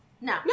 No